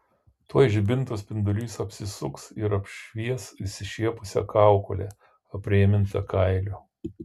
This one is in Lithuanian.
tuoj žibinto spindulys apsisuks ir apšvies išsišiepusią kaukolę aprėmintą kailiu